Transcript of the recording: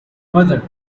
mother